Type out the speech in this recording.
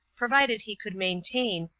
provided he could maintain,